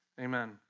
Amen